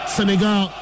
Senegal